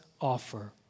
offer